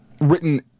written